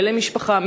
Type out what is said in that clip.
של משפחה,